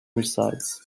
resides